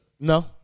No